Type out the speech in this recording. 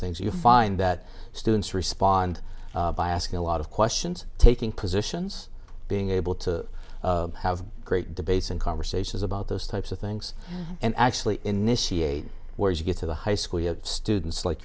things you find that students respond by asking a lot of questions taking positions being able to have great debates and conversations about those types of things and actually initiate where you get to the high school students like